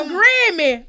Grammy